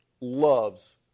loves